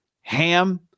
HAM